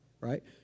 Right